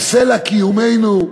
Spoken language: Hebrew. על סלע קיומנו,